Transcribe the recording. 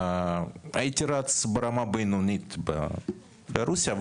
הייתי רץ ברמה בינונית ברוסיה,